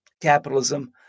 capitalism